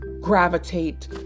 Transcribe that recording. gravitate